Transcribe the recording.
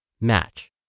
match